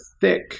thick